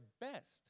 best